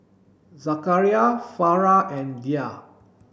Zakaria Farah and Dhia